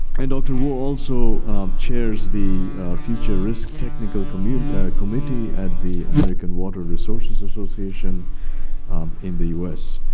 and dr. wu also chairs the future risk technical committee committee at the american water resources association in the us.